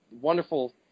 Wonderful